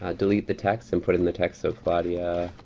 ah delete the text and put in the text of claudia,